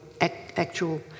actual